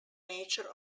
nature